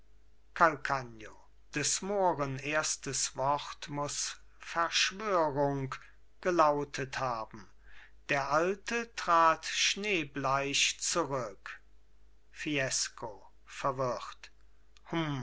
des mohren erstes wort muß verschwörung gelautet haben der alte trat schneebleich zurück fiesco verwirrt